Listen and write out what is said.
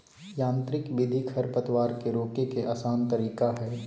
यांत्रिक विधि खरपतवार के रोके के आसन तरीका हइ